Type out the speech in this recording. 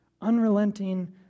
unrelenting